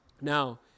Now